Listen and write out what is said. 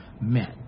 men